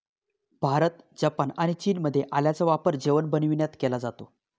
Bharat, Japan आणि चीनमध्ये आल्याचा वापर जेवण बनविण्यात केला जातो